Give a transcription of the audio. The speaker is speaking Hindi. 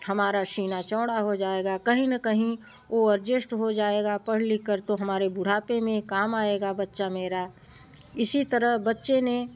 हमार सीना चौड़ा हो जाएगा कहीं ना कहीं वो एडजस्ट हो जाएगा पढ़ लिख कर तो हमारे बुढ़ापे में काम आएगा बच्चा मेरा इसी तरह बच्चे ने